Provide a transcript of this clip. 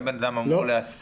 לא אם בן אדם אמור להסיק.